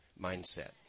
mindset